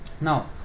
Now